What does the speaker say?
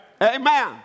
Amen